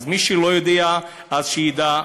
אז מי שלא יודע, שידע,